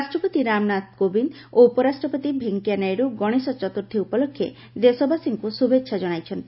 ରାଷ୍ଟ୍ରପତି ରାମନାଥ କୋବିନ୍ଦ ଓ ଉପରାଷ୍ଟ୍ରପତି ଭେଙ୍କିୟାନାଇଡ଼ୁ ଗଣେଶ ଚତୁର୍ଥୀ ଉପଲକ୍ଷେ ଦେଶବାସୀଙ୍କୁ ଶୁଭେଚ୍ଛା ଜଣାଇଛନ୍ତି